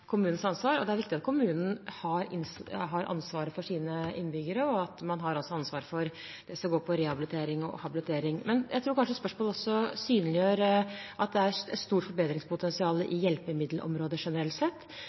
kommunens ansvar, og det er viktig at kommunen har ansvaret for sine innbyggere, og at man har ansvar for det som går på rehabilitering og habilitering. Men jeg tror kanskje spørsmålet også synliggjør at det er et stort forbedringspotensial i hjelpemiddelområdet generelt sett.